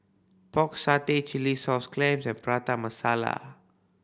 Pork Satay chilli sauce clams and Prata Masala